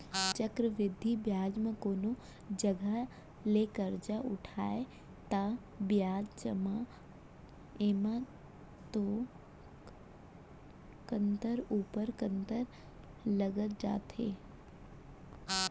चक्रबृद्धि बियाज म कोनो जघा ले करजा उठाबे ता बियाज एमा तो कंतर ऊपर कंतर लगत जाथे